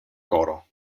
coro